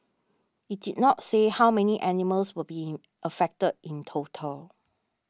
it did not say how many animals will be in affected in total